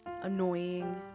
annoying